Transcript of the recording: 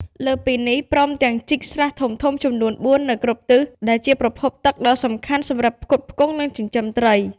លើសពីនេះ ព្រមទាំងជីកស្រះធំៗចំនួន ៤ នៅគ្រប់ទិស ដែលជាប្រភពទឹកដ៏សំខាន់សម្រាប់ផ្គត់ផ្គង់ និងចិញ្ចឹមត្រី។